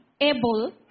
able